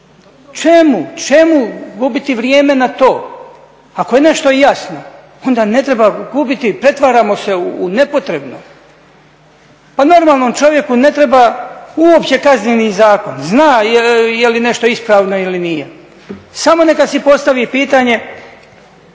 Čemu gubiti vrijeme na to. Ako je nešto jasno onda ne treba gubiti pretvaramo se u nepotrebno. Pa normalnom čovjeku ne treba uopće Kazneni zakon, zna jeli nešto ispravno ili nije. Samo neka si postavi pitanje